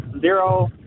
zero